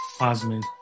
Osmond